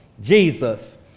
Jesus